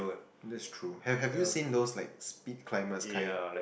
this is true have have you seen those like speed climber kind